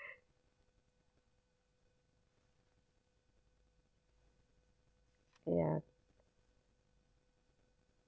ya